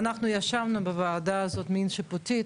ואנחנו ישבנו בוועדה הזאת מעין שיפוטית